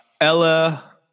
Ella